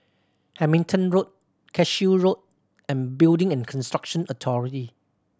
Hamilton Road Cashew Road and Building and Construction Authority